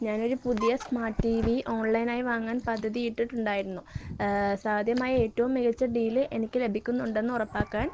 ഞാനൊരു പുതിയ smart T V ഓൺലൈനായി വാങ്ങാൻ പദ്ധതിയിട്ടിട്ടുണ്ടായിരുന്നു സാധ്യമായ ഏറ്റവും മികച്ച ഡീല് എനിക്കു ലഭിക്കുന്നുണ്ടെന്ന് ഉറപ്പാക്കാൻ